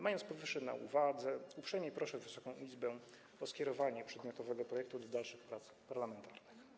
Mając powyższe na uwadze, uprzejmie proszę Wysoką Izbę o skierowanie przedmiotowego projektu do dalszych prac parlamentarnych.